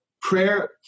prayer